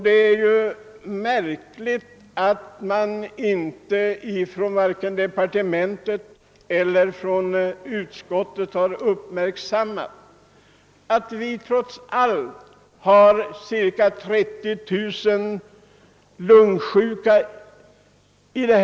Det är märkligt att man inte vare sig från departement eller utskott har uppmärksammat att vi trots allt har ca 30 000 lungsjuka i landet.